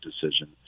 decision